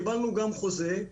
קיבלנו גם חוזה,